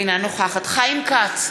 אינה נוכחת חיים כץ,